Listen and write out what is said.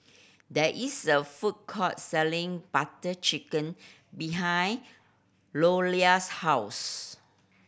there is a food court selling Butter Chicken behind Lolla's house